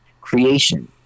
creation